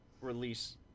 release